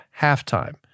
Halftime